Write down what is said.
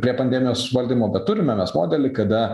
prie pandemijos valdymo bet turime mes modelį kada